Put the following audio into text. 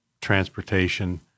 transportation